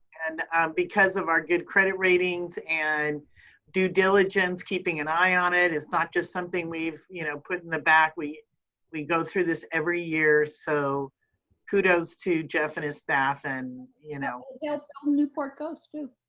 and because of our good credit ratings and due diligence, keeping an eye on it, it's not just something we've you know put in the back. we we go through this every year, so kudos to jeff and his staff and, you know. yeah all newport coast too,